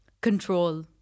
control